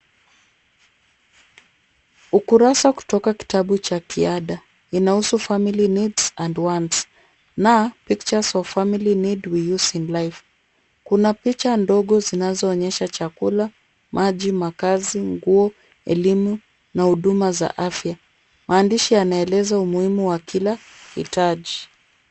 Ukurasa kutoka kitabu cha kiada inahusu family needs and wants na pictures of family need we use in life . Kuna picha ndogo zinazoonyesha chakula, maji, makazi, nguo, elimu na huduma za afya. Maandishi yanaeleza umuhimu wa kila hitaji.